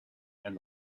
and